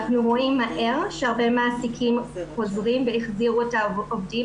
אנחנו רואים שהרבה מעסיקים חוזרים והחזירו את העובדים,